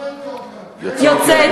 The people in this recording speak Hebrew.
יוצאי